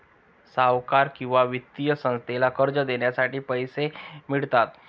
सावकार किंवा वित्तीय संस्थेला कर्ज देण्यासाठी पैसे मिळतात